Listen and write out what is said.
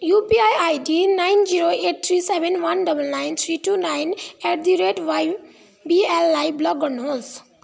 UPI ID nine zero eight three seven one double nine three two nine at the rate Y बीएललाई block गर्नुहोस्